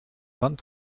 vingt